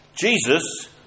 Jesus